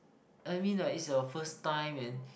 I mean like is your first time then